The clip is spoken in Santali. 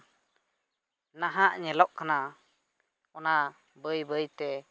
ᱱᱟᱦᱟᱜ ᱧᱮᱞᱚᱜ ᱠᱟᱱᱟ ᱚᱱᱟ ᱵᱟᱹᱭ ᱵᱟᱹᱭᱛᱮ